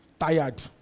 tired